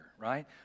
right